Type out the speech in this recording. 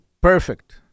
perfect